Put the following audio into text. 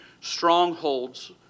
strongholds